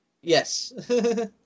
Yes